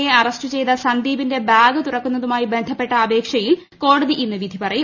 A arrest ചെയ്ത സന്ദീപിന്റെ bag തുറക്കുന്നതുമായി ബന്ധപ്പെട്ട അപേക്ഷയിൽ കോടതി ഇന്ന് വിധി പറയും